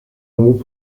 nombreux